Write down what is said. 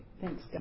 Thanks